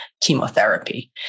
chemotherapy